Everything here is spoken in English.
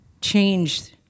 change